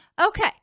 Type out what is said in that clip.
Okay